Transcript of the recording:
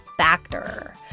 Factor